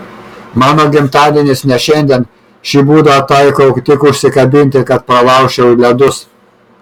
mano gimtadienis ne šiandien šį būdą taikau tik užsikabinti kad pralaužčiau ledus